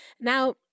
Now